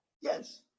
Yes